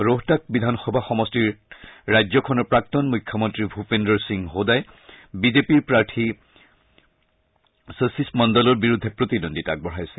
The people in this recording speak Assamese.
ৰোহটাক বিধান সভা সমষ্টিত ৰাজ্যখনৰ প্ৰাক্তন মুখ্যমন্তী ভূপেন্দ্ৰৰ সিং হোদাই বিজেপিৰ প্ৰাৰ্থী সচিশ মণ্ডলৰ বিৰুদ্ধে প্ৰতিদ্বন্দ্বিতা কৰিছে